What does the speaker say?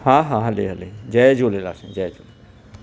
हा हा हले हले जय झूलेलाल जय झूलेलाल